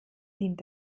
dient